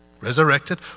resurrected